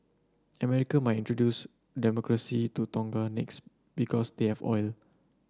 America might introduce Democracy to Tonga next because they have oil